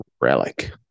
Relic